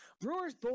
Brewer's